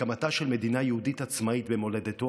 הקמתה של מדינה יהודית עצמאית במולדתו